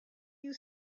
you